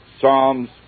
Psalms